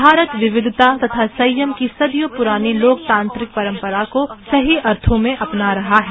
भारत विविधता तथा संयम की सदियों पुरानी लोकतांत्रिक परंपरा को सही अर्थो में अपना रहा है